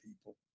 people